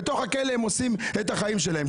שמה הם עושים את החיים שלהם,